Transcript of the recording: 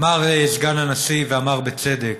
אמר סגן הנשיא, ואמר בצדק,